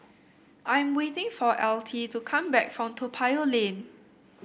I am waiting for Altie to come back from Toa Payoh Lane